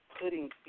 putting